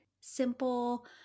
simple